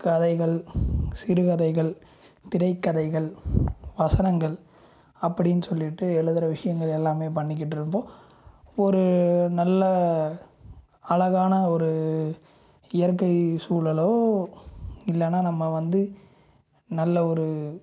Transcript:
கதைகள் சிறுகதைகள் திரைக்கதைகள் வசனங்கள் அப்படின்னு சொல்லிட்டு எழுதுகிற விஷயங்கள் எல்லாமே பண்ணிக்கிட்டு இருந்தோம் ஒரு நல்ல அழகான ஒரு இயற்கை சூழலோ இல்லைனா நம்ம வந்து நல்ல ஒரு